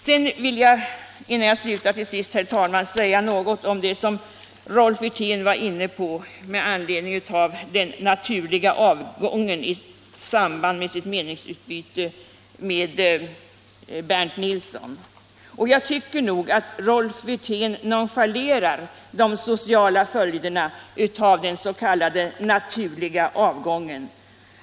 Sedan vill jag, herr talman, säga något om det som Rolf Wirtén var inne på i meningsutbytet med Bernt Nilsson om den naturliga avgången. 2 Jag tycker nog att Rolf Wirtén nonchalerar de sociala följderna av den 61 s.k. naturliga avgången.